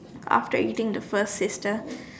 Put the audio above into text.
after eating the first sister